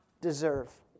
deserve